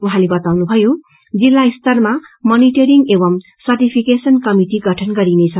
उहाँले बताउनुभयो जिल्ला स्तरमा मनिटोरिंग एंव सर्टिफिकेशन कमिटि गठन गरिनेछ